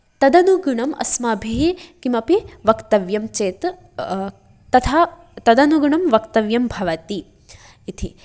तदनुगुणम् अस्माभिः किमपि वक्तव्यं चेत् तथा तदनुगुणं वक्तव्यं भवति इति